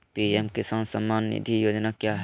PM Kisan Samman Nidhi योजना क्या है?